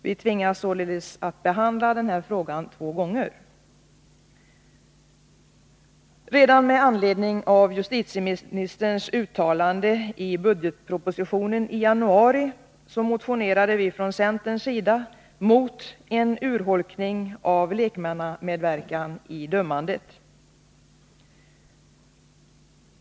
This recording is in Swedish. Vi tvingas således att behandla samma fråga två gånger. Redan med anledning av justitieministerns uttalande i budgetpropositionen i januari motionerade vi från centerns sida mot en urholkning av lekmannamedverkan i dömandet.